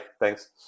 Thanks